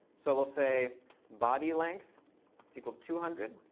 so we'll say body length is equal to two hundred.